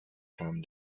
come